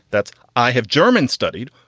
that's i have german studied.